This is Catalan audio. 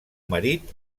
marit